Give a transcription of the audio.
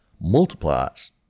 multiplies